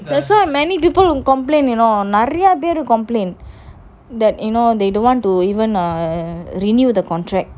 that's why many people who complain you know நெறய பெரு:neraya peru complain that you know they don't want to even ah to renew the contract